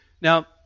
Now